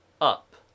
up